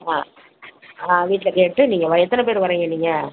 ஆ ஆ வீட்டில் கேட்டு நீங்கள் எத்தனை பேர் வரீங்க நீங்கள்